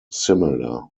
similar